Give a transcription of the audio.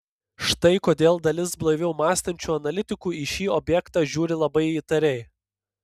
štai kodėl dalis blaiviau mąstančių analitikų į šį objektą žiūri labai įtariai